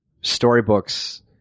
storybooks